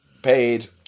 Paid